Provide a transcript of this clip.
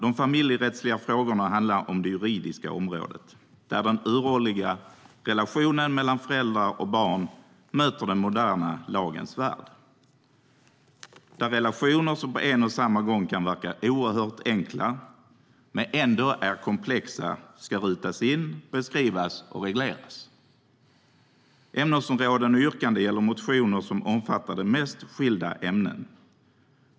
De familjerättsliga frågorna handlar om det juridiska området där den uråldriga relationen mellan föräldrar och barn möter den moderna lagens värld där relationer som kan verka oerhört enkla men som samtidigt är komplexa ska rutas in, beskrivas och regleras. Ämnesområdena och yrkandena gäller motioner som omfattar de mest skilda ämnen.